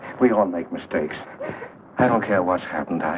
we don't make mistakes ok what's happened.